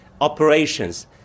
operations